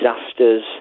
disasters